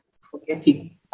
forgetting